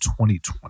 2020